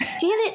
Janet